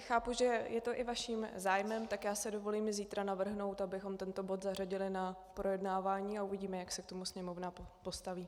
Chápu, že je to i vaším zájmem, tak já si dovolím zítra navrhnout, abychom tento bod zařadili na projednávání, a uvidíme, jak se k tomu Sněmovna postaví.